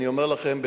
אני אומר לכם את זה,